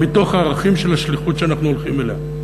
מתוך הערכים של השליחות שאנחנו הולכים אליה.